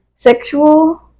Sexual